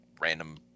random